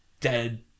dead